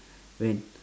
when